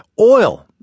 Oil